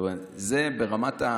זאת אומרת, זה ברמת,